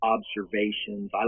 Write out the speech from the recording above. observations